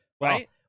Right